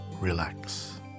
Relax